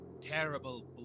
Terrible